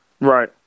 Right